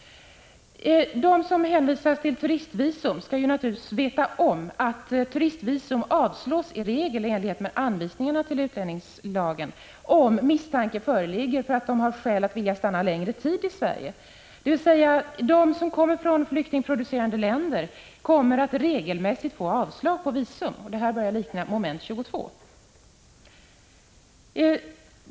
De som hänvisas till turistvisum skall naturligtvis veta om att ansökan om turistvisum i regel avslås i enlighet med anvisningarna till utlänningslagen, om misstanke föreligger att de har skäl att vilja stanna längre tid i Sverige. De som kommer från ”flyktingproducerande” länder får alltså regelmässigt avslag på ansökan om visum. Detta börjar likna moment 22.